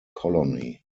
colony